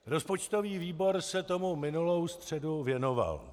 Rozpočtový výbor se tomu minulou středu věnoval.